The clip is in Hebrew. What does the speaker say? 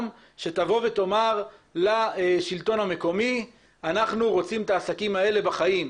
שתבוא ותאמר לשלטון המקומי שאנחנו רוצים את העסקים האלה בחיים.